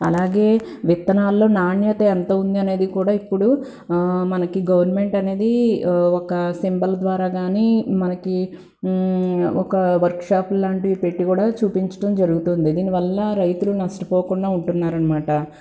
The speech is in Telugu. అలాగే విత్తనాల్లో నాణ్యత ఎంత ఉంది అనేది కూడా ఇప్పుడు మనకి గవర్నమెంట్ అనేది ఒక సింబల్ ద్వారా కానీ మనకి ఒక వర్క్ షాపుల్లాంటివి పెట్టి కూడా చూపించటం జరుగుతుంది దీని వల్ల రైతులు నష్టపోకుండా ఉంటున్నారనమాట